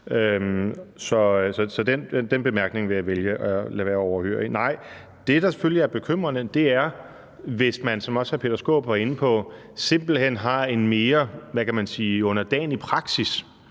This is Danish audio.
så den bemærkning vil jeg vælge at overhøre. Nej, det, der selvfølgelig er bekymrende, er, hvis man, som også hr. Peter Skaarup var inde på, simpelt hen har en mere, hvad kan man sige, underdanig praksis,